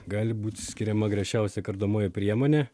gali būti skiriama griežčiausia kardomoji priemonė